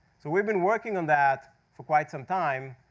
so we've been working on that for quite some time.